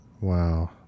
Wow